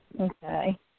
Okay